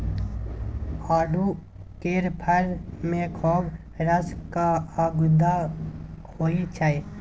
आड़ू केर फर मे खौब रस आ गुद्दा होइ छै